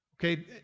Okay